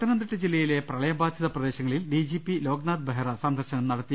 പത്തനംതിട്ട ജില്ലയിലെ പ്രളയബാധിത പ്രദേശങ്ങളിൽ ഡിജിപി ലോക്നാഥ് ബെഹ്റ സന്ദർശനം നടത്തി